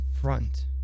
front